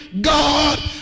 god